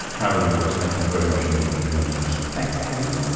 caroline west, thank you very much indeed for joining us. thanks for having me, and